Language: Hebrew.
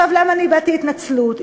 למה הבעתי התנצלות?